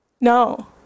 No